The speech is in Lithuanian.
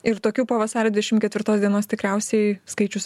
ir tokių po vasario dvišim ketvirtos dienos tikriausiai skaičius